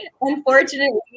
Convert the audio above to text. unfortunately